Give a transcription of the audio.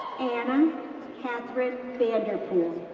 anna katherine vanderpool,